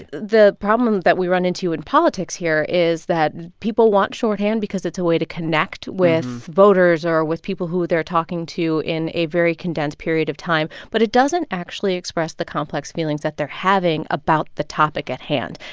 the problem that we run into in politics here is that people want shorthand because it's a way to connect with voters or with people who they're talking to in a very condensed period of time. but it doesn't actually express the complex feelings that they're having about the topic at hand.